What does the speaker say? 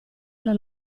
alla